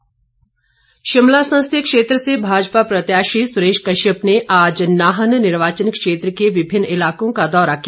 सुरेश कश्यप शिमला संसदीय क्षेत्र से भाजपा प्रत्याशी सुरेश कश्यप ने आज नाहन निर्वाचन क्षेत्र के विभिन्न इलाकों का दौरा किया